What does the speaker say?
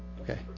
Okay